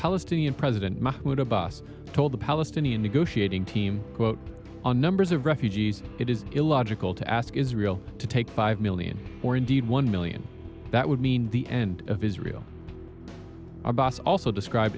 palestinian president mahmoud abbas told the palestinian negotiating team quote on numbers of refugees it is illogical to ask israel to take five million or indeed one million that would mean the end of israel abbas also described